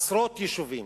עשרות יישובים.